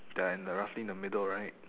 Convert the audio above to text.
they are in the roughly in the middle right